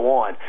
on